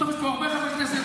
בסוף יש פה הרבה חברי כנסת,